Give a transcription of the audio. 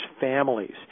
families